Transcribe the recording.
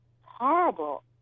horrible